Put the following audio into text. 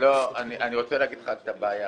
לא, אני רוצה להגיד לך את הבעיה.